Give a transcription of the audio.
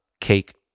Cake